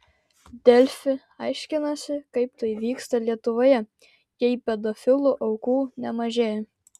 delfi aiškinosi kaip tai vyksta lietuvoje jei pedofilų aukų nemažėja